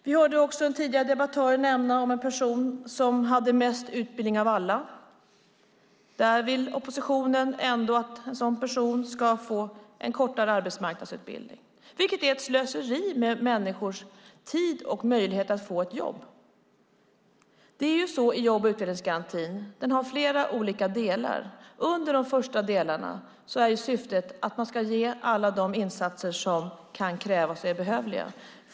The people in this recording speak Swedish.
Vi hörde också en tidigare debattör nämna en person som hade mest utbildning av alla. Oppositionen vill ändå att en sådan person ska få en kortare arbetsmarknadsutbildning, vilket är ett slöseri med människors tid och möjligheter att få ett jobb. Jobb och utvecklingsgarantin har flera olika delar. Under de första delarna är syftet att man ska ge alla insatser som kan krävas och är behövliga.